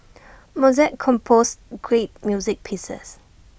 Mozart composed great music pieces